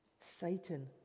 Satan